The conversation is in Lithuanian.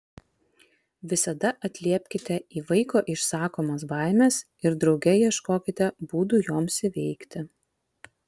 visada atliepkite į vaiko išsakomas baimes ir drauge ieškokite būdų joms įveikti